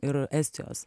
ir estijos